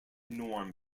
norm